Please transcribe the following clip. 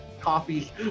Coffee